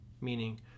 meaning